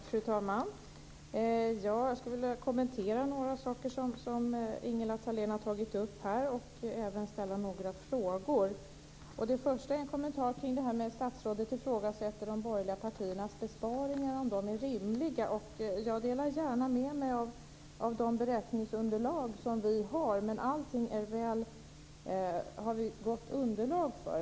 Fru talman! Jag skulle vilja kommentera några saker som Ingela Thalén har tagit upp och även ställa några frågor. Det första är en kommentar till att statsrådet ifrågasätter om de borgerliga parternas besparingar är rimliga. Jag delar gärna med mig av de beräkningsunderlag som vi har. Allting som gäller besparingarna har vi gott underlag för.